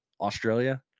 Australia